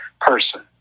person